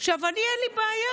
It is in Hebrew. לי אין בעיה,